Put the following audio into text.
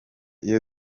iyo